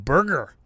Burger